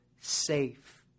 safe